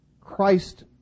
Christ